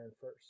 first